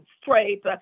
straight